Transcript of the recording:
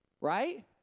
right